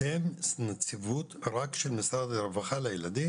אתם נציבות רק לילדים של משרד הרווחה?